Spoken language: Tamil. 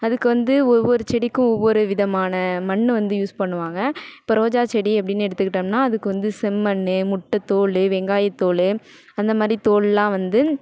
அதுக்கு வந்து ஒவ்வொரு செடிக்கும் ஒவ்வொரு விதமான மண் வந்து யூஸ் பண்ணுவாங்க இப்போ ரோஜா செடி அப்படின்னு எடுத்துக்கிட்டோம்னா அதுக்கு வந்து செம்மண் முட்டை தோல் வெங்காயத் தோல் அந்த மாதிரி தோலுலாம் வந்து